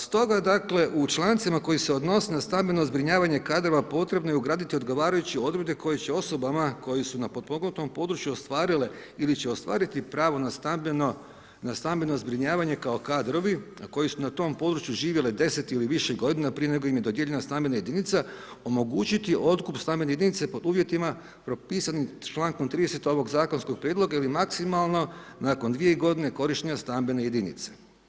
Stoga dakle u člancima koji se odnose na stambeno zbrinjavanje kadrova, potrebno je ugraditi odgovarajuće odrede koje će osobama koje su na potpomognutom području ostvarile ili će ostvariti pravo na stambeno zbrinjavanje kao kadrovi koji su na tom području živjeli 10 ili više godina prije nego im je dodijeljena stambena jedinica, omogućiti otkup stambene jedinice pod uvjetima propisanim člankom 3. ovog zakonskog prijedloga ili maksimalno nakon 2 g. korištenja stambene jedinice.